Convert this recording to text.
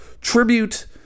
tribute